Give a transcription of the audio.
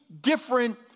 different